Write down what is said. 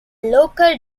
local